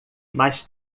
mais